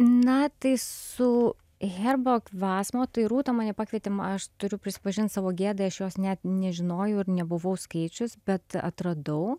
na tai su herbok vasmo tai rūta mane pakvietė aš turiu prisipažint savo gėdai aš jos net nežinojau ir nebuvau skaičius bet atradau